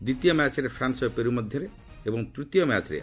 ଦ୍ୱିତୀୟ ମ୍ୟାଚ୍ରେ ଫ୍ରାନ୍ସ ଓ ପେରୁ ମଧ୍ୟରେ ଏବଂ ତୂତୀୟ ମ୍ୟାଚ୍ରେ